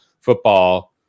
football –